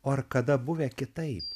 o ar kada buvę kitaip